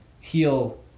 heal